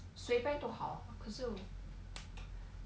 随便就好 lah 可是